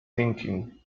thinking